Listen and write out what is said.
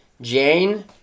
Jane